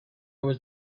was